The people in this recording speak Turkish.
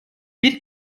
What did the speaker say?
bir